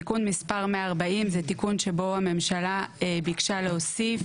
תיקון מספר 140 זה תיקון שבו הממשלה ביקשה להוסיף